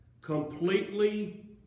completely